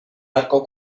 arco